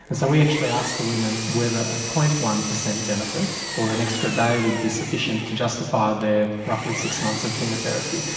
and so we actually asked the women whether ah a. one percent benefit or an extra day would be sufficient to justify their roughly six months of chemo therapy.